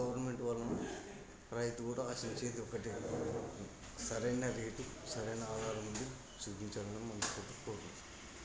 government వల్ల రైతు కూడా ఆశించేది ఒకటే సరైన రేటు సరైన ఆదాయం ఉండి చూపించాలని మనస్ఫూర్తిగా కోరుకుంటున్నాను